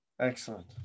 Excellent